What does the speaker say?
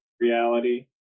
reality